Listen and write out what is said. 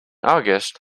august